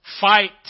fight